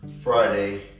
Friday